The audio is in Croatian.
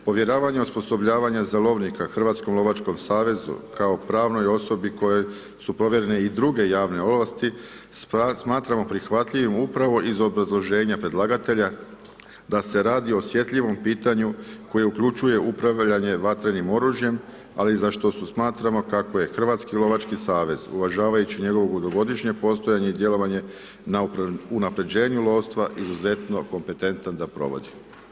Povjeravanje osposobljavanja za lovnika Hrvatskom lovačkom savezu kao pravnoj osobi kojoj su povjerene i druge javne ovlasti, smatramo prihvatljivima upravo iz obrazloženja predlagatelja da se radi o osjetljivom pitanju koje uključuje upravljanje vatrenim oružjem, ali za što su smatramo kako je Hrvatski lovački savez uvažavajući njegovo dugogodišnje postojanje i djelovanje na unapređenju lovstva, izuzetno kompetentan da provodi.